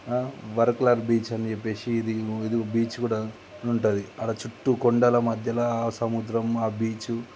వరకలర్ beach అని చెెప్పేసి ఇది ఇది బీచ్ కూడా ఉంటుంది అక్కడ చుట్టూ కొండల మధ్యల ఆ సముద్రం ఆ బీచ్